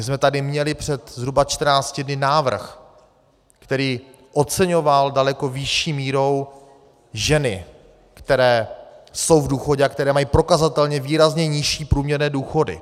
My jsme tady měli před zhruba 14 dny návrh, který oceňoval daleko vyšší mírou ženy, které jsou v důchodu a které mají prokazatelně výrazně nižší průměrné důchody.